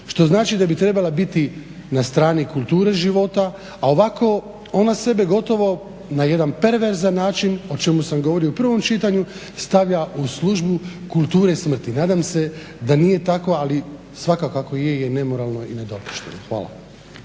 što znači da bi trebala biti na strani kulture života, a ovako ona sebe gotovo na jedan perverzan način o čemu sam govorio u prvom čitanju stavlja u službu kulture smrti. Nadam se da nije tako ali svakako ako je nemoralno je i nedopušteno. Hvala.